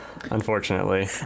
unfortunately